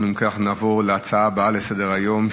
נעבור להצעה הבאה לסדר-היום,